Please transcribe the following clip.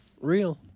Real